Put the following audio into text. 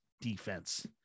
defense